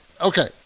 Okay